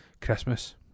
Christmas